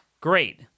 Great